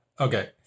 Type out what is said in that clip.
Okay